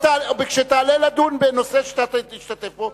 או כשתעלה לדון בנושא שאתה תשתתף בו,